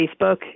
Facebook